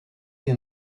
you